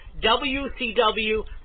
WCW